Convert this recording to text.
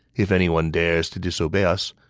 if anyone dares to disobey us,